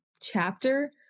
chapter